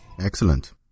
Excellent